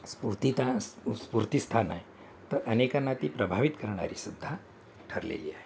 स्पूर्तिस्तान स्फूर्तिस्थान आहे तर अनेकांना ती प्रभावित करणारी सुद्धा ठरलेली आहे